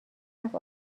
رفت